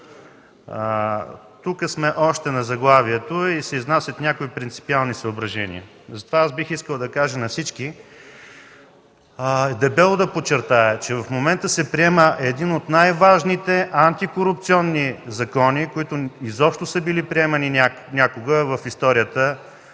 Тук сме още на заглавието и се изнасят някои принципиални съображения. Бих искал да кажа на всички и дебело да подчертая, че в момента се приема един от най-важните антикорупционни закони, които изобщо са били приемани някога в историята